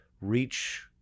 reach